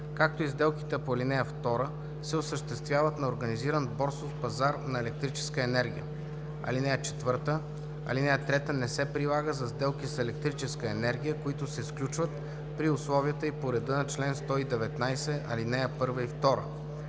както и сделките по ал. 2 се осъществяват на организиран борсов пазар на електрическа енергия. (4) Алинея 3 не се прилага за сделки с електрическа енергия, които се сключват при условията и по реда на чл. 119, ал. 1 и 2.“;